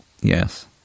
Yes